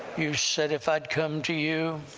you said if i'd come to you